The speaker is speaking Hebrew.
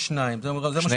יש שניים, זה מה שמותר.